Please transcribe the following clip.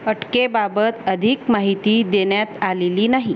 अटकेबाबत अधिक माहिती देण्यात आलेली नाही